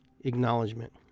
acknowledgement